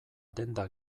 denda